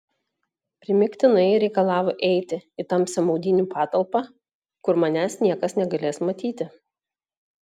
primygtinai reikalavo eiti į tamsią maudynių patalpą kur manęs niekas negalės matyti